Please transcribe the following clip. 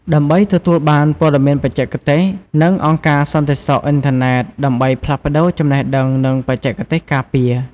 ដើម្បីទទួលបានព័ត៌មានបច្ចេកទេស និង អង្គការសន្តិសុខអ៊ីនធឺណិត ដើម្បីផ្លាស់ប្តូរចំណេះដឹង និងបច្ចេកទេសការពារ។